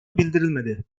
bildirilmedi